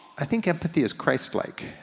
i think empathy is christ-like.